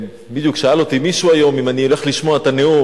בדיוק שאל אותי מישהו היום אם אני אלך לשמוע את הנאום.